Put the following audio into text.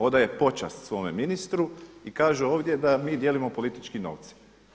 Odaje počast svome ministru i kaže ovdje da mi dijelimo političke novce.